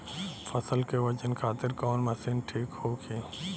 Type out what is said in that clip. फसल के वजन खातिर कवन मशीन ठीक होखि?